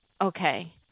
Okay